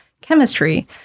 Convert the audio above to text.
chemistry